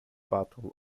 battle